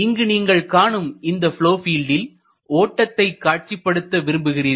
இங்கு நீங்கள் காணும் இந்த ப்லொவ் பீல்டில் ஓட்டத்தை காட்சிப்படுத்த விரும்புகின்றீர்கள்